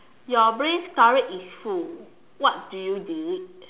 your brain storage is full what do you delete